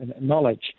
knowledge